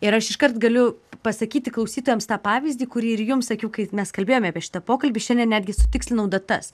ir aš iškart galiu pasakyti klausytojams tą pavyzdį kurį ir jums sakiau kai mes kalbėjome apie šitą pokalbį šiandien netgi sutikslinau datas